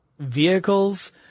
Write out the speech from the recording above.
Vehicles